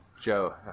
Joe